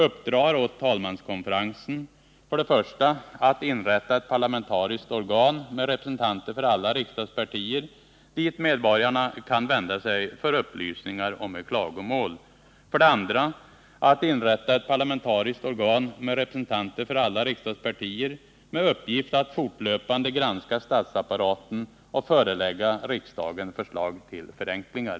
Vidare yrkar jag 1. att inrätta ett parlamentariskt organ med representanter för alla riksdagspartier, dit medborgarna kan vända sig för upplysningar och med klagomål, 2. att inrätta ett parlamentariskt organ med representanter för alla riksdagspartier med uppgift att fortlöpande granska statsapparaten och förelägga riksdagen förslag till förenklingar.